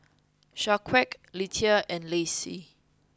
Shaquan Letta and Lacie